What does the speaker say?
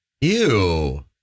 Ew